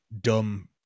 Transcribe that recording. dumb